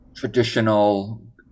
traditional